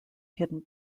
hidden